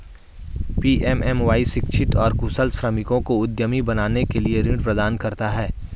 PMMY शिक्षित और कुशल श्रमिकों को उद्यमी बनने के लिए ऋण प्रदान करता है